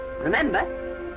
Remember